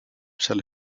seal